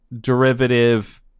derivative